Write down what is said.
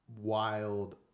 wild